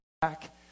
back